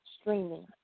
streaming